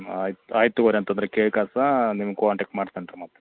ಆಯ್ತು ಆಯ್ತು ತೋಗರೀ ಅಂತಂದ್ರ ಕೇಳ್ಕಸಾ ನಿಮಗೆ ಕಾಂಟ್ಯಾಕ್ಟ್ ಮಾಡ್ತೇನ್ರಿ ಮತ್ತು